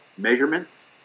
measurements